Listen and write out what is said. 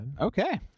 Okay